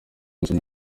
gusoma